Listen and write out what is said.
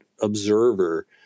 observer